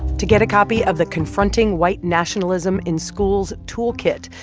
to get a copy of the confronting white nationalism in schools toolkit,